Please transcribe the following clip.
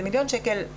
זה מיליון שקלים,